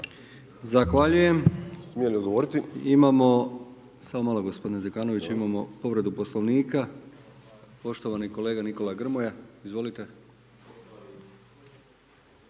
odgovoriti?/… Imamo, samo malo gospodine Zekanović imamo povredu Poslovnika, poštovani kolega Nikola Grmoja, izvolite.